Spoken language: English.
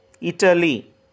Italy